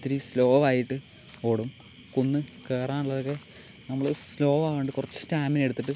ഇത്തിരി സ്ലോ ആയിട്ട് ഓടും കുന്ന് കയറാൻ ഉള്ളതൊക്കെ നമ്മൾ സ്ലോ ആവാണ്ട് കുറച്ച് സ്റ്റാമിന എടുത്തിട്ട്